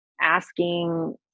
asking